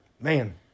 man